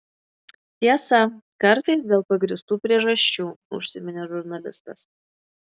tiesa kartais dėl pagrįstų priežasčių užsiminė žurnalistas